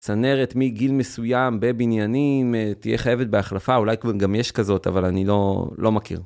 צנרת מגיל מסוים בבניינים, תהיה חייבת בהחלפה, אולי כבר גם יש כזאת, אבל אני לא מכיר.